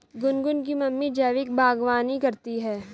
गुनगुन की मम्मी जैविक बागवानी करती है